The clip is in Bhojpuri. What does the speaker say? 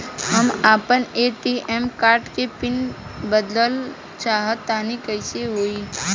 हम आपन ए.टी.एम कार्ड के पीन बदलल चाहऽ तनि कइसे होई?